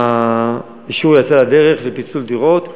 והאישור לפיצול דירות יצא לדרך.